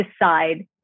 decide